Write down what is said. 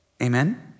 Amen